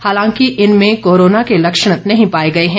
हालांकि इन में कोरोना के लक्षण नहीं पाये गये हैं